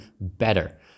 better